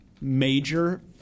major